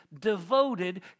devoted